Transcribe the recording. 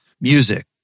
Music